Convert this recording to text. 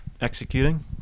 executing